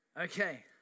Okay